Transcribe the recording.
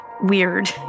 weird